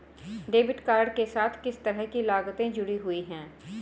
Debit card के साथ किस तरह की लागतें जुड़ी हुई हैं?